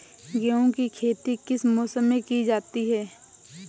गेहूँ की खेती किस मौसम में की जाती है?